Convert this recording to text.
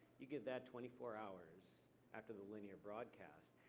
you give that twenty four hours after the linear broadcast.